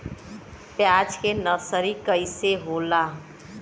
प्याज के नर्सरी कइसे होला?